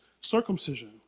circumcision